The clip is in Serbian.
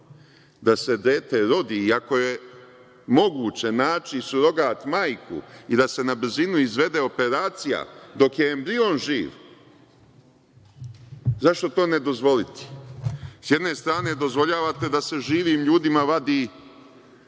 da se dete rodi i ako je moguće naći surogat majku i da se na brzinu izvede operacija dok je embrion živ, zašto to ne dozvoliti? S jedne strane dozvoljavate da se živim ljudima vadi